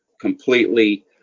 completely